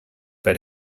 but